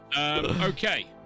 okay